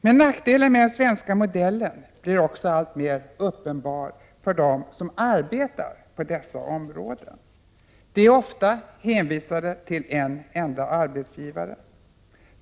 Men nackdelen med den svenska modellen blir också alltmer uppenbar för dem som arbetar inom dessa områden. De är ofta hänvisade till en enda arbetsgivare.